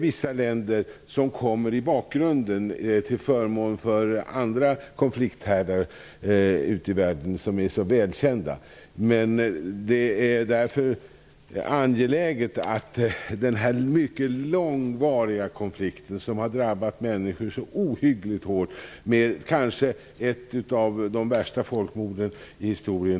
Vissa länder kommer i bakgrunden, till förmån för andra konflikthärdar ute i världen som är välkända. Det är därför angeläget att vi tar vårt ansvar och aktiverar oss i den här mycket långvariga konflikten, som har drabbat människor så ohyggligt hårt, med kanske ett av de värsta folkmorden i historien.